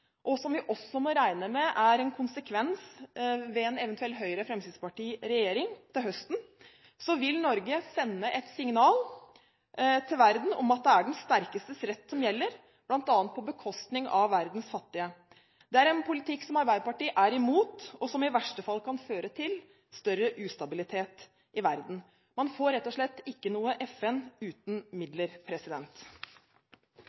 og som vi også må regne med blir en konsekvens ved en eventuell Høyre-Fremskrittsparti-regjering til høsten, vil Norge sende et signal til verden om at det er den sterkestes rett som gjelder, bl.a. på bekostning av verdens fattige. Det er en politikk som Arbeiderpartiet er imot, og som i verste fall kan føre til større ustabilitet i verden. Man får rett og slett ikke noe FN uten